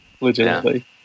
Legitimately